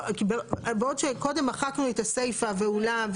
בעוד שקודם מחקנו את הסיפה "ואולם"